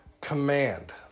command